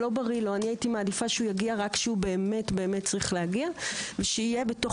הייתי מעדיפה שיגיע רק כשבאמת צריך להגיע ושיהיה בתוף